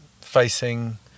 facing